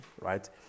right